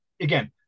again